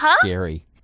scary